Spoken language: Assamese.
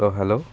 অঁ হেল্ল'